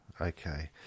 Okay